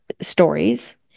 stories